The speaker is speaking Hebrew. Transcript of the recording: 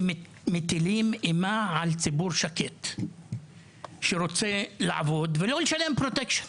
שמטילים אימה על ציבור שקט שרוצה לעבוד ולא לשלם פרוטקשן,